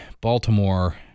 Baltimore